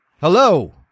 Hello